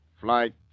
Flight